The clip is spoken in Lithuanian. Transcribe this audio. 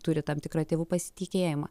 turi tam tikrą tėvų pasitikėjimą